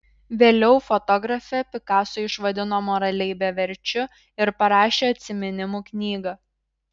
vėliau fotografė picasso išvadino moraliai beverčiu ir parašė atsiminimų knygą